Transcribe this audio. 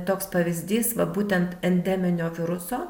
toks pavyzdys va būtent endeminio viruso